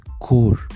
core